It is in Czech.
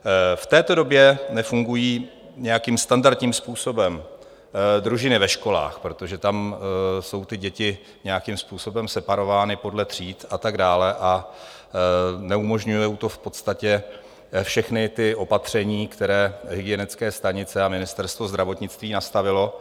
V této době nefungují nějakým standardním způsobem družiny ve školách, protože tam jsou děti nějakým způsobem separovány podle tříd a tak dále, a neumožňují to v podstatě všechna opatření, která hygienické stanice a Ministerstvo zdravotnictví nastavilo.